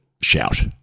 shout